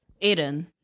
Aiden